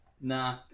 Nah